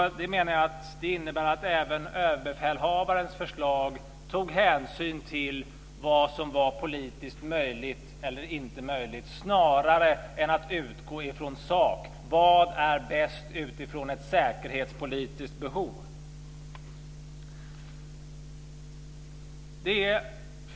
Jag menar att det innebär att även överbefälhavarens förslag tog hänsyn till vad som var politiskt möjligt eller inte möjligt snarare än att utgå från sakfrågan: Vad är bäst utifrån ett säkerhetspolitiskt behov? Fru talman!